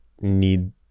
need